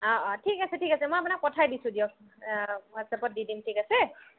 অঁ অঁ ঠিক আছে ঠিক আছে মই আপোনাক পঠাই দিছোঁ দিয়ক হোৱাটচএপত দি দিম ঠিক আছে